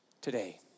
Today